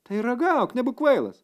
tai ragauk nebūk kvailas